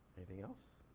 anything else?